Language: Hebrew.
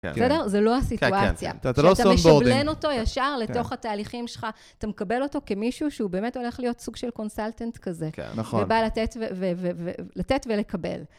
בסדר? זה לא הסיטואציה. כן. כן. אתה לא סולבורדים. כשאתה משבלן אותו ישר לתוך התהליכים שלך, אתה מקבל אותו כמישהו שהוא באמת הולך להיות סוג של קונסלטנט כזה. כן, נכון. ובא לתת ו... ו... לתת ולקבל.